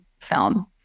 film